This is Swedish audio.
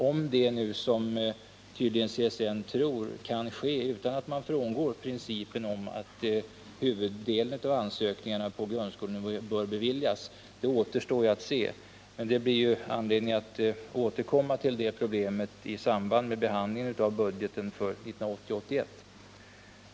Om detta kan ske, som CSN tydligen tror, utan att man frångår principen om att huvuddelen av ansökningarna på grundskolenivå bör beviljas, återstår att se. Det blir ju anledning att återkomma till det problemet i samband med behandlingen av budgeten för 1980/81.